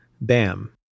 Bam